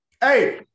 Hey